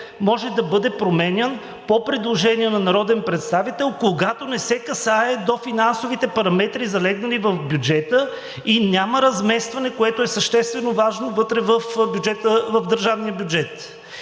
може да бъде променян по предложение на народен представител, когато не се касае до финансовите параметри, залегнали в бюджета, и няма разместване, което е съществено важно, вътре в държавния бюджет.